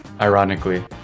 ironically